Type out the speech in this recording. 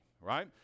right